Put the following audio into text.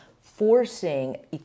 forcing